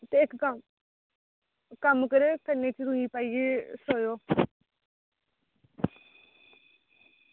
ते इक्क कम्म करेओ कन्नै च रूई पाइयै सोयो